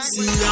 See